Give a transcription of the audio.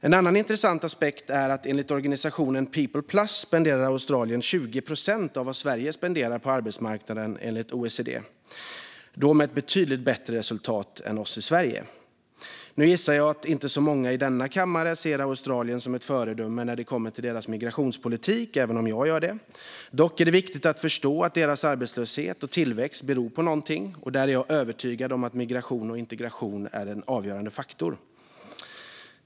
En annan intressant aspekt är att Australien, enligt organisationen People Plus, spenderar 20 procent av vad Sverige, enligt OECD, spenderar på arbetsmarknaden och då med ett betydligt bättre resultat än Sverige. Nu gissar jag att inte så många i denna kammare ser Australien som ett föredöme när det kommer till deras migrationspolitik, även om jag gör det. Dock är det viktigt att förstå att deras arbetslöshet och tillväxt beror på någonting. Och där är jag övertygad om att migration och integration är en avgörande faktor.